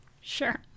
Sure